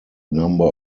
number